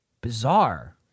Bizarre